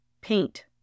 paint